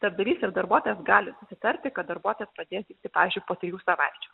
darbdavys ir darbuotojas gali susitarti kad darbuotojas pradės dirbti pavyzdžiui po trijų savaičių